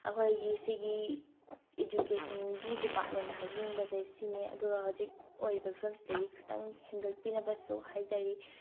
ꯑꯩꯈꯣꯏꯒꯤ ꯁꯤꯒꯤ ꯏꯖꯨꯀꯦꯁꯟꯒꯤ ꯗꯤꯄꯥꯔ꯭ꯇꯃꯦꯟꯗ ꯍꯥꯏꯖꯅꯤꯡꯕꯁꯦ ꯁꯤꯅꯦ ꯑꯗꯨꯒ ꯍꯧꯖꯤꯛ ꯑꯣꯏꯔꯤꯕ ꯐꯤꯕꯝꯁꯤꯗꯒꯤ ꯈꯤꯇꯪ ꯍꯦꯟꯒꯠꯄꯤꯅꯕꯁꯨ ꯍꯥꯏꯖꯔꯤ